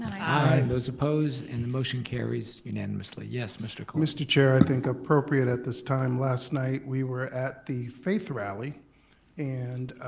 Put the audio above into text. aye. those opposed, and the motion carries unanimously. yes, mr. cologne. mr. chair, i think appropriate at this time, last night we were at the faith rally and